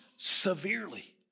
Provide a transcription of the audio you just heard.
severely